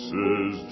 Says